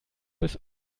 bis